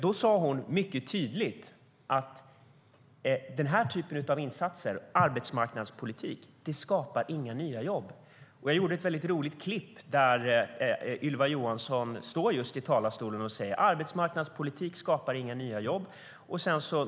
Då sa hon mycket tydligt att den här typen av insatser, alltså arbetsmarknadspolitik, inte skapar några nya jobb. Jag gjorde ett väldigt roligt klipp där Ylva Johansson står i talarstolen och säger: Arbetsmarknadspolitik skapar inga nya jobb.